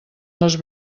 les